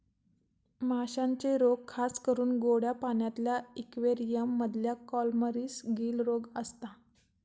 माश्यांचे रोग खासकरून गोड्या पाण्यातल्या इक्वेरियम मधल्या कॉलमरीस, गील रोग असता